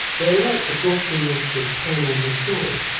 they are like the dropping of the pen on the floor,